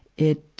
it,